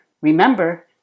Remember